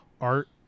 art